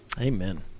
Amen